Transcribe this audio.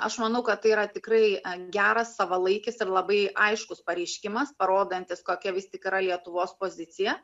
aš manau kad tai yra tikrai geras savalaikis ir labai aiškus pareiškimas parodantis kokia vis tik yra lietuvos pozicija